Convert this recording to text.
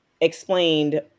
explained